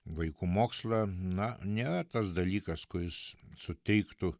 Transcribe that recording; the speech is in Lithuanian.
vaikų mokslą na nėra tas dalykas kuris suteiktų